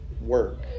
work